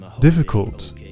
difficult